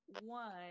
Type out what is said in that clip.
one